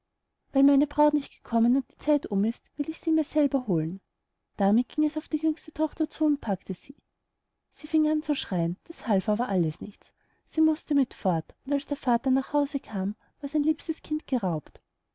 weil meine braut nicht gekommen und die zeit herum ist will ich mir sie selber holen damit ging es auf die jüngste tochter zu und packte sie an sie fing an zu schreien das half aber alles nichts sie mußte mit fort und als der vater nach haus kam war sein liebstes kind geraubt